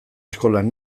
eskolan